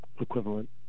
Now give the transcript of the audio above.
equivalent